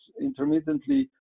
intermittently